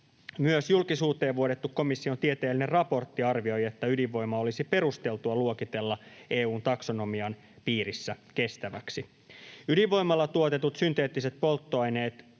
Myös julkisuuteen vuodettu komission tieteellinen raportti arvioi, että ydinvoima olisi perusteltua luokitella EU:n taksonomian piirissä kestäväksi. Ydinvoimalla tuotetut synteettiset polttoaineet